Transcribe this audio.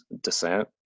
descent